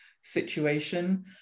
situation